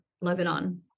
Lebanon